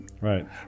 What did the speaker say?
Right